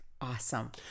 Awesome